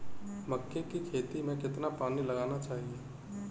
मक्के की खेती में कितना पानी लगाना चाहिए?